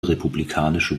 republikanische